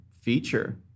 feature